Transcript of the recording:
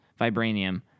vibranium